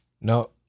no